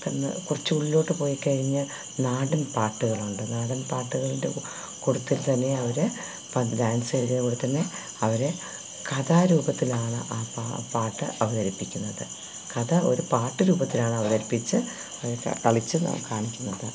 കുറച്ചു ഉള്ളിലോട്ട് പോയി കഴിഞ്ഞു നാടൻ പാട്ടുകളുണ്ട് നാടൻ പാട്ടുകളുടെ കുട്ടത്തിൽ തന്നെ അവർ ഡാൻസ് ചെയ്യുന്ന കൂട്ടത്തിൽ തന്നെ അവർ കഥാരൂപത്തിലാണ് ആ പാട്ട് അവതരിപ്പിക്കുന്നത് കഥ ഒരു പാട്ട് രൂപത്തിലാണ് അവതരിപ്പിച്ചു കളിച്ചു കാണിക്കുന്നത്